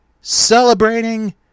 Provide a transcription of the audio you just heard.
celebrating